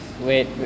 wait